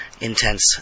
intense